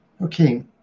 Okay